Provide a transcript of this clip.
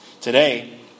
Today